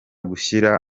gushyira